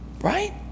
right